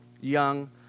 young